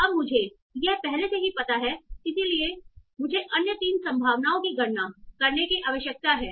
अब मुझे यह पहले से ही पता है इसलिए मुझे अन्य 3 संभावनाओं की गणना करने की आवश्यकता है